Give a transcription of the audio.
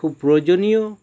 খুব প্রয়োজনীয়